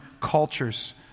cultures